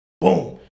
Boom